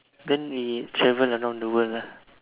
then we travel around the world lah